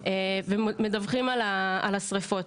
ומדווחים על השרפות.